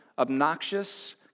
Obnoxious